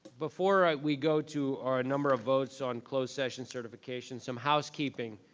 before we go to our ah number of votes on closed session certification, some housekeeping.